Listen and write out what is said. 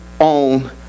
own